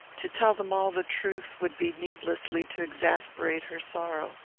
to tell them all the truth would be needlessly to exasperate her sorrow.